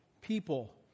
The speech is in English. people